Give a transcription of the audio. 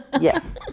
yes